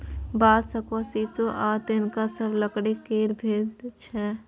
बांस, शखुआ, शीशो आ तिलका सब लकड़ी केर भेद छै